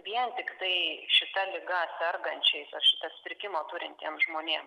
vien tiktai šita liga sergančiais ar šitą sutrikimą turintiems žmonėms